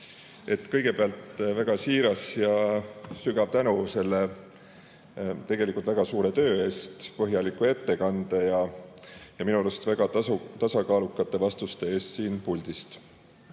Kõigepealt väga siiras ja sügav tänu väga suure töö, põhjaliku ettekande ja minu arust väga tasakaalukate vastuste eest siin puldis.